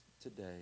today